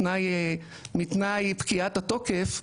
מתנאי פקיעת התוקף,